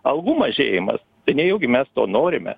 algų mažėjimas tai nejaugi mes to norime